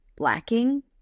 Lacking